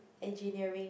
engineering